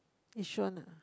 Yishun ah